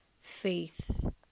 faith